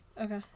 Okay